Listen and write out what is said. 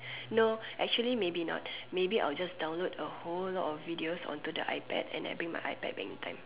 no actually maybe not maybe I'll just download a whole lot of videos onto the iPad and then bring my iPad back in time